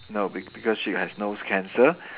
no be~ because she has nose cancer